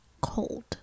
cold